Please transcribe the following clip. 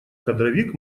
кадровик